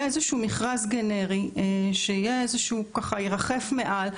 יהיה איזשהו מכרז גנרי שירחף מעל.